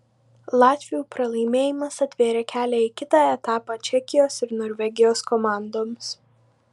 latvių pralaimėjimas atvėrė kelią į kitą etapą čekijos ir norvegijos komandoms